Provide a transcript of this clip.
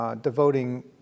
Devoting